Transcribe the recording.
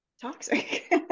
toxic